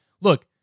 look